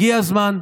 הגיע הזמן.